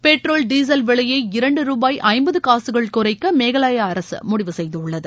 petrol diesel விலையை இரண்டு ரூபாய் ஐம்பது காசுகள் குறைக்க மேகாலயா அரசு முடிவு செய்துள்ளது